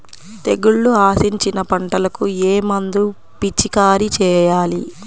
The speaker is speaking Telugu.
తెగుళ్లు ఆశించిన పంటలకు ఏ మందు పిచికారీ చేయాలి?